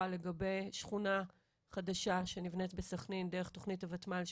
לגבי שכונה חדשה שנבנית בסחנין דרך תכנית הוותמ"ל,